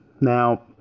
Now